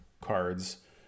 cards